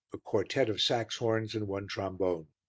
a quartet of saxhorns, and one trombone.